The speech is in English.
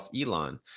Elon